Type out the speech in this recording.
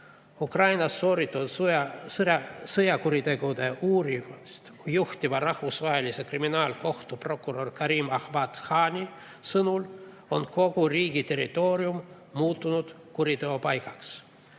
Ukrainas sooritatud sõjakuritegude uurimist juhtiva Rahvusvahelise Kriminaalkohtu prokurör Karim Ahmad Khani sõnul on kogu riigi territoorium muutunud kuriteopaigaks.